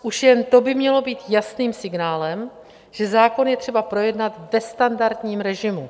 Už jen to by mělo být jasným signálem, že zákon je třeba projednat ve standardním režimu.